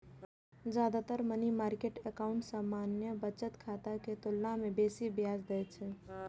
जादेतर money market account सामान्य बचत खाता के तुलना मे बेसी ब्याज दै छै